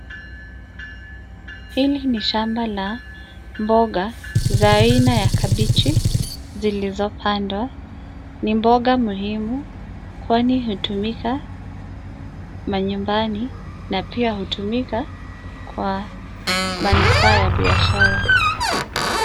Hili ni shamba la mboga za aina ya kabeji zilizopandwa. Ni mboga muhimu kwani hutumika manyumbani na pia hutumika kwa manufaa ya biashara.